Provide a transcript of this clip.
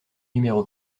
numéro